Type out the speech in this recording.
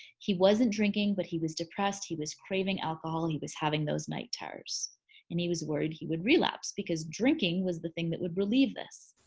he wasn't drinking but he was depressed. he was craving alcohol. and he was having those night terrors and he was worried he would relapse because drinking was the thing that would relieve this.